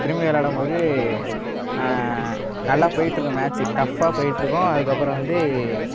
திரும்பி விளாடம்போது நல்லா போய்ட்டு இருக்கும் மேட்ச் டஃப்பாக போய்ட்டு இருக்கும் அதுக்கப்புறம் வந்து